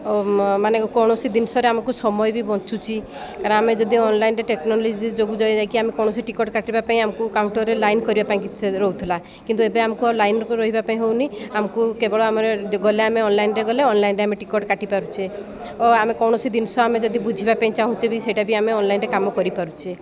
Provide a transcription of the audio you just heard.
ଓ ମାନେ କୌଣସି ଜିନିଷରେ ଆମକୁ ସମୟ ବି ବଞ୍ଚୁଛି କାରଣ ଆମେ ଯଦି ଅନଲାଇନ୍ରେ ଟେକ୍ନୋଲଜି ଯୋଗୁଁ ଯାଇ ଯାଇକି ଆମେ କୌଣସି ଟିକେଟ୍ କାଟିବା ପାଇଁ ଆମକୁ କାଉଣ୍ଟର୍ରେ ଲାଇନ୍ କରିବା ପାଇଁ ରହୁଥିଲା କିନ୍ତୁ ଏବେ ଆମକୁ ଲାଇନ୍ ରହିବା ପାଇଁ ହେଉନି ଆମକୁ କେବଳ ଆମର ଗଲେ ଆମେ ଅନଲାଇନ୍ରେ ଗଲେ ଅନଲାଇନ୍ରେ ଆମେ ଟିକେଟ୍ କାଟିପାରୁଚେ ଓ ଆମେ କୌଣସି ଜିନିଷ ଆମେ ଯଦି ବୁଝିବା ପାଇଁ ଚାହୁଁଛେ ବି ସେଇଟା ବି ଆମେ ଅନଲାଇନ୍ରେ କାମ କରିପାରୁଛେ